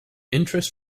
interest